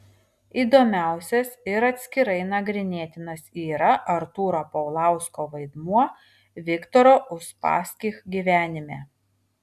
įdomiausias ir atskirai nagrinėtinas yra artūro paulausko vaidmuo viktoro uspaskich gyvenime